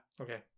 Okay